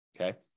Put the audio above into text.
Okay